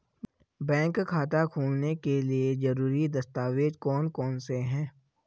Bank खाता खोलने के लिए ज़रूरी दस्तावेज़ कौन कौनसे हैं?